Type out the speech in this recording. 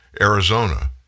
Arizona